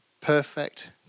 perfect